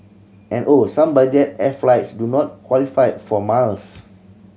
and oh some budget air flights do not qualify for miles